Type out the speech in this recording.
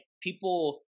people